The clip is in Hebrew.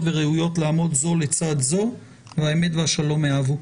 וראויות לעמוד זו לצד זו והאמת והשלום אהבו.